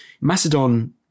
Macedon